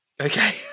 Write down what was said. Okay